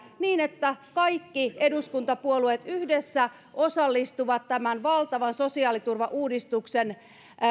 niin että kaikki eduskuntapuolueet yhdessä osallistuvat tämän valtavan sosiaaliturvauudistuksen